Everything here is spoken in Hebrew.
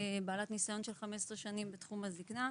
בעלת ניסיון של 15 שנים בתחום הזקנה.